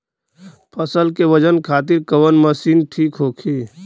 फसल के वजन खातिर कवन मशीन ठीक होखि?